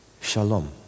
shalom